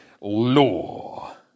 law